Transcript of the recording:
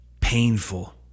painful